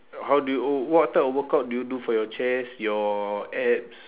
how do you oh what type of workout do you do for your chest your abs